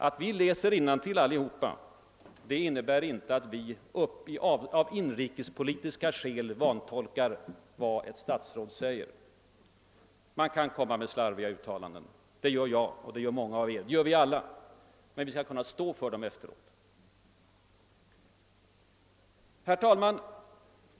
Att vi läser innantill innebär inte att vi av inrikespolitiska själ vantolkar vad ett statsråd säger. Man kan göra slarviga uttalanden — det gör jag, det gör många av er, det gör vi alla — men man skall kunna stå för dem efteråt. Herr talman!